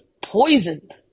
poisoned